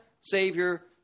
savior